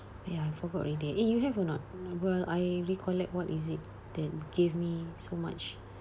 ya I forgot already eh you have or not while I recollect what is it that gave me so much